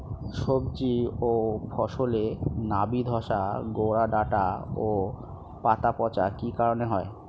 সবজি ও ফসলে নাবি ধসা গোরা ডাঁটা ও পাতা পচা কি কারণে হয়?